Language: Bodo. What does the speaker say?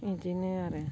बिदिनो आरो